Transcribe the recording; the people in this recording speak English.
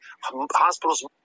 hospitals